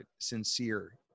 sincere